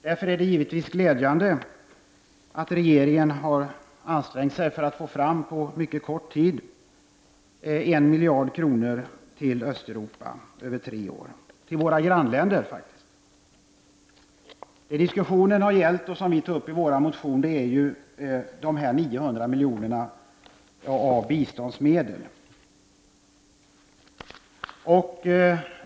Det är därför mycket glädjande att regeringen har ansträngt sig för att på mycket kort tid få fram 1 miljard kronor till Östeuropa, till våra grannländer, över tre år. Diskussionen har gällt — vilket vi också tar upp i vår motion — de nya 900 miljonerna som tas av biståndsmedel.